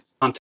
content